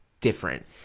different